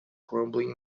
crumbling